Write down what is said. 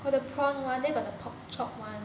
got the prawn one then got the pork chop one